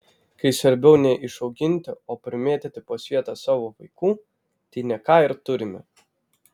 kai svarbiau ne išauginti o primėtyti po svietą savo vaikų tai ne ką ir turime